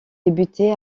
débuté